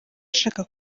ashaka